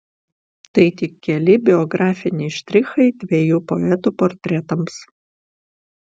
tai tik keli biografiniai štrichai dviejų poetų portretams